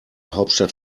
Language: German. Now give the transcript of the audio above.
hauptstadt